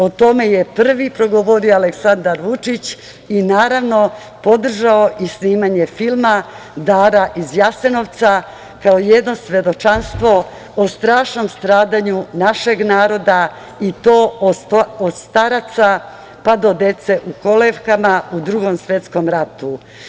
O tome je prvi progovorio Aleksandar Vučić i naravno, podržao i snimanje filma „Dara iz Jasenovca“, kao jedno svedočanstvo o strašnom stradanju našeg naroda i to od staraca, pa do dede u kolevkama u Drugom svetskom ratu.